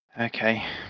Okay